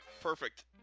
perfect